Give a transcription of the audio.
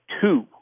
two